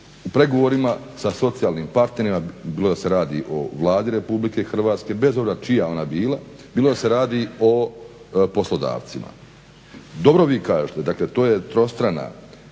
u pregovorima sa socijalnim partnerima bilo da se radi o Vladi RH bez obzira čija ona bila, bilo da se radi o poslodavcima. Dobro vi kažete dakle to je trostrano